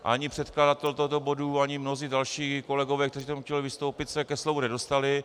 Ani předkladatel tohoto bodu, ani mnozí další kolegové, kteří k tomu chtěli vystoupit, se ke slovu nedostali.